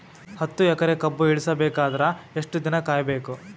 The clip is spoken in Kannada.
ಹತ್ತು ಎಕರೆ ಕಬ್ಬ ಇಳಿಸ ಬೇಕಾದರ ಎಷ್ಟು ದಿನ ಕಾಯಿ ಬೇಕು?